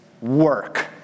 work